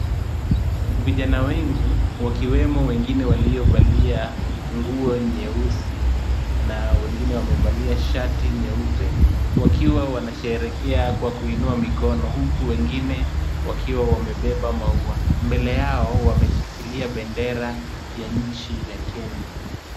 Vijana wengi, wakiwemo wengine waliovalia nguo nyeusi na wengine wamevalia shati nyeupe, wakiwa wanasheherekea kwa kuinua mikono. Huku wengine wakiwa wamebeba maua. Mbele yao wameshikilia bendera ya nchi ya Kenya.